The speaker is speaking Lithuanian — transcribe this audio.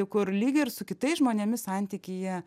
kur lyg ir su kitais žmonėmis santykyje